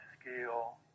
scale